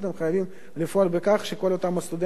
אנחנו חייבים לפעול לכך שכל אותם הסטודנטים